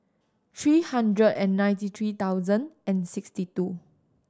three hundred and ninety three thousand and sixty two